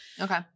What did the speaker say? Okay